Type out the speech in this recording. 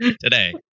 Today